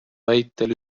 väitel